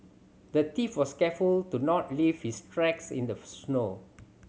the thief was careful to not leave his tracks in the snow